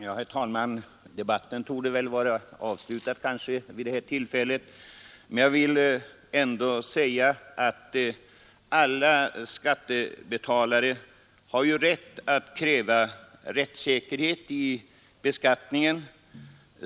Herr talman! Debatten torde väl vid detta tillfälle vara avslutad, men jag vill ändå säga att alla skattebetalare har rätt att kräva rättssäkerhet i fråga om beskattningen.